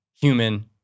human